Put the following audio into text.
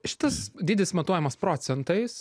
šitas dydis matuojamas procentais